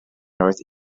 north